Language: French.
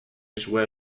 jouait